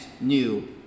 new